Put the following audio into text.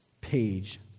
page